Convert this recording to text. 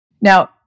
Now